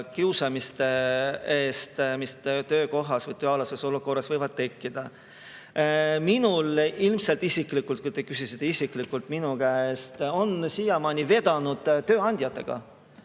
kiusamise eest, mis töökohas või tööalases olukorras võib tekkida. Minul isiklikult, kui te küsisite isiklikult minu käest, on siiamaani vedanud tööandjatega.